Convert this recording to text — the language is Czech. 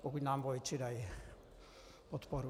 Pokud nám voliči dají podporu.